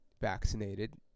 vaccinated